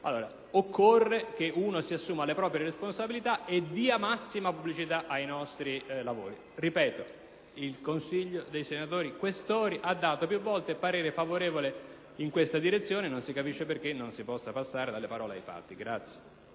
Maroni), occorre allora assumersi le proprie responsabilità e dare massima pubblicità ai nostri lavori. Ripeto, il Collegio dei senatori Questori ha espresso più volte parere favorevole in questa direzione. Non si capisce perché non si possa passare dalle parole ai fatti.